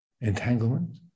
entanglement